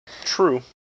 True